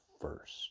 first